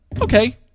Okay